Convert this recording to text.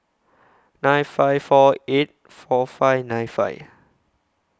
nine five four eight four five nine five